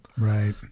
Right